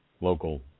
local